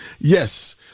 yes